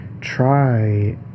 try